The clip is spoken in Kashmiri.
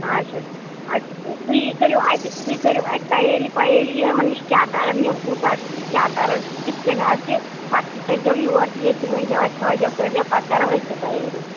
آچھا اَتہِ تُہۍ کٔرِو اَتہِ تُہۍ کٔرِو اَتہِ تیٲری پَیٲری یِمن نِش کیاہ کرن یِم کوٗتاہ کیاہ کرن کِتھ کَنۍ آسہِ پَتہٕ تُہۍ تٔرۍ زیو یور تہِ ییٚتہِ تہِ ؤنۍ زیو اَسہِ ہٲے زیو کٔرۍ زیو پَتہٕ کرو أسۍ ییٚتہِ تہِ تَیٲری